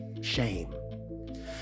shame